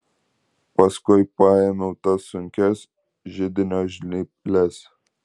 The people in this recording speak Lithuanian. paskui paėmiau tas sunkias židinio žnyples